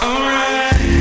Alright